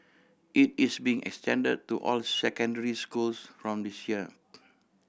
it is being extended to all secondary schools from this year